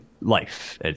life